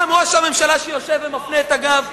גם ראש הממשלה שיושב ומפנה את הגב,